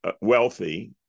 wealthy